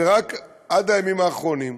עד הימים האחרונים,